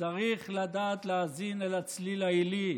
צריך לדעת להאזין לצליל העילי.